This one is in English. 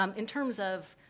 um in terms of,